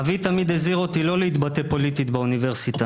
אבי תמיד הזהיר אותי לא להתבטא פוליטית באוניברסיטה,